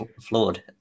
flawed